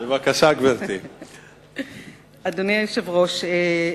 אדוני היושב-ראש,